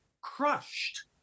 crushed